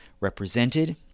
represented